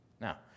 Now